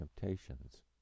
temptations